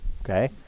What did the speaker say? Okay